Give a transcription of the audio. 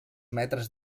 metres